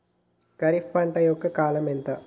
ఖరీఫ్ పంట యొక్క కాలం ఎంత?